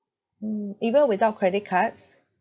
mm even without credit cards